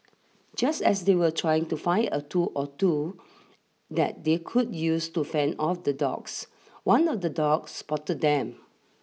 just as they were trying to find a tool or two that they could use to fend off the dogs one of the dogs spotted them